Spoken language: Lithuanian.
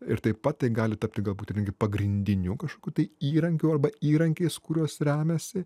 ir taip pat tai gali tapti galbūt netgi pagrindiniu kažkokių tai įrankiu arba įrankiais kuriuos remiasi